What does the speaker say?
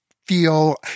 feel